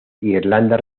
irlanda